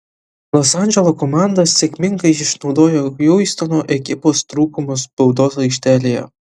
los andželo komanda sėkmingai išnaudojo hjustono ekipos trūkumus baudos aikštelėje